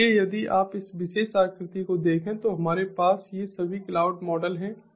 इसलिए यदि आप इस विशेष आकृति को देखें तो हमारे पास ये सभी क्लाउड मॉडल हैं